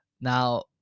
Now